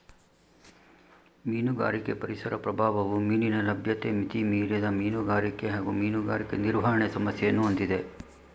ಮೀನುಗಾರಿಕೆ ಪರಿಸರ ಪ್ರಭಾವವು ಮೀನಿನ ಲಭ್ಯತೆ ಮಿತಿಮೀರಿದ ಮೀನುಗಾರಿಕೆ ಹಾಗೂ ಮೀನುಗಾರಿಕೆ ನಿರ್ವಹಣೆ ಸಮಸ್ಯೆಯನ್ನು ಹೊಂದಿದೆ